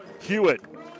Hewitt